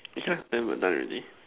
it can ten word done already